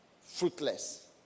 fruitless